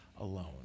alone